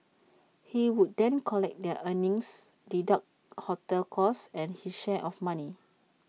he would then collect their earnings deduct hotel costs and his share of money